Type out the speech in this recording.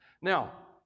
Now